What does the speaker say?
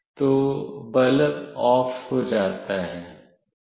तो bulb OFF हो जाता है